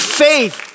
faith